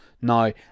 Now